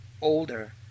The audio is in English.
older